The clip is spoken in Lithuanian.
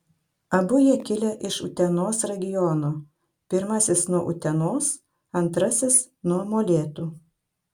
abu jie kilę iš utenos regiono pirmasis nuo utenos antrasis nuo molėtų